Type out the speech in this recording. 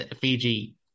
Fiji